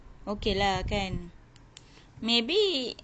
okay lah kan maybe